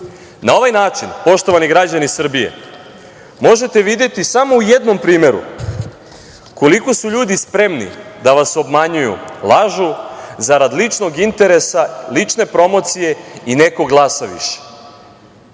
Na ovaj način, poštovani građani Srbije, možete videti samo u jednom primeru koliko su ljudi spremni da vas obmanjuju, lažu, zarad ličnog interesa, lične promocije i nekog glasa više. Sada